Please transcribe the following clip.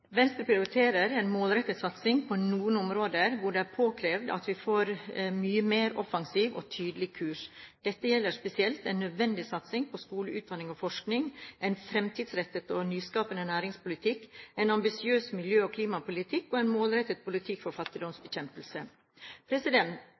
påkrevd at vi får en mye mer offensiv og tydelig kurs. Dette gjelder spesielt en nødvendig satsing på skole, utdanning og forskning, en fremtidsrettet og nyskapende næringspolitikk, en ambisiøs miljø- og klimapolitikk og en målrettet politikk for